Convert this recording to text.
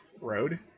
road